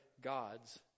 gods